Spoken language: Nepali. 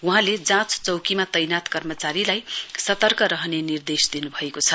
वहाँले जाँच चौकीमा तैनाथ कर्मचारीलाई सतर्क रहने निर्देश दिनु भएको छ